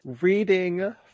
reading